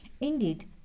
Indeed